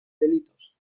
delitos